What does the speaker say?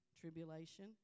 tribulation